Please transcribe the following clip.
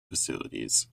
facilities